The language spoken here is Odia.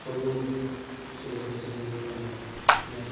ସବୁ ସେ ବିଷୟରେ ସବୁ ପୁରା ଥିଲା